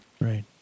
right